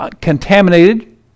contaminated